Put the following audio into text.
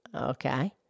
Okay